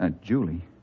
Julie